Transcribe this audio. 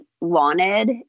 wanted